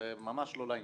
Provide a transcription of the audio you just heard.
זה ממש לא לעניין.